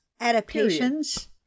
Adaptations